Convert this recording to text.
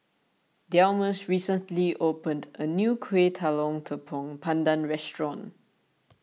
Delmus recently opened a new Kueh Talam Tepong Pandan restaurant